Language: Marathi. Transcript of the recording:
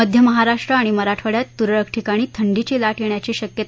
मध्य महाराष्ट्र व मराठवाङ्यात तुरळक ठिकाणी थंडीची लाट येण्याची शकयता